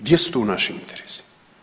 Gdje su tu naši interesi.